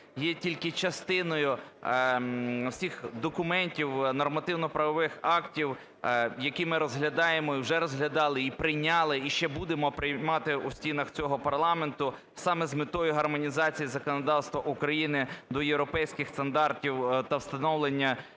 є тільки частиною всіх документів нормативно-правових актів, які ми розглядаємо і вже розглядали, і прийняли, і ще будемо приймати у стінах цього парламенту саме з метою гармонізації законодавства України до європейських стандартів та встановлення